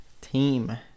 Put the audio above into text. team